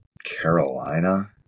carolina